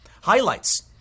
highlights